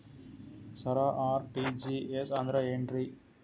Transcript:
ಸರ RTGS ಅಂದ್ರ ಏನ್ರೀ?